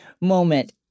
moment